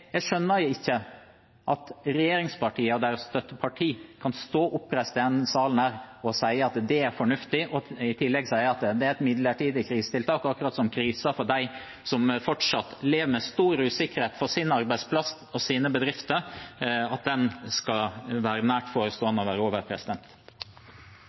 Jeg skjønner ikke at regjeringspartiene og støttepartiene deres kan stå oppreist i denne salen og si at det er fornuftig, og at det er et midlertidig krisetiltak – som om krisen for dem som fortsatt lever med stor usikkerhet for sin arbeidsplass og sine bedrifter, snart skal være